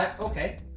Okay